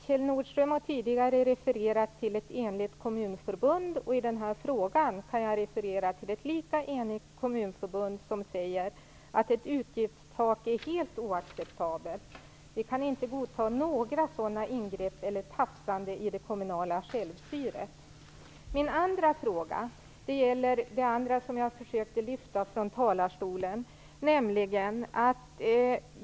Kjell Nordström har tidigare refererat till ett enigt kommunförbund, och i den här frågan kan jag referera till ett lika enigt kommunförbund som säger att ett utgiftstak är helt oacceptabelt. Vi kan inte godta några sådana ingrepp eller något sådant tafsande i det kommunala självstyret, heter det. Min andra fråga gäller något jag också försökte lyfta fram från talarstolen.